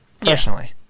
personally